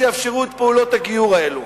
שיאפשרו את פעולות הגיור האלה,